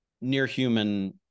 near-human